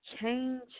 change